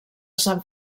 sant